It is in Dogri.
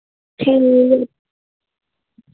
ठीक